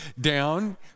down